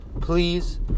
please